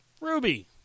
Ruby